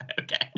okay